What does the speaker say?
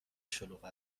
شلوغ